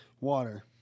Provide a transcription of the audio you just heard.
water